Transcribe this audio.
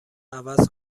عوض